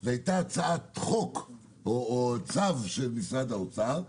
זאת הייתה הצעת חוק או צו של משרד האוצר,